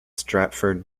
stratford